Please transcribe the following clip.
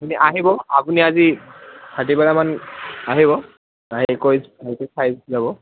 আপুনি আহিব আপুনি আজি